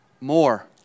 more